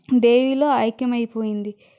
దేవిలో ఐక్యమైపోయింది